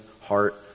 heart